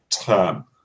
term